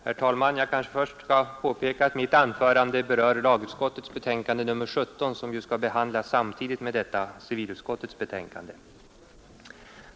Herr talman! Jag kanske först bör påpeka att mitt anförande berör lagutskottets betänkande nr 17, som ju skall debatteras samtidigt med civilutskottets betänkande.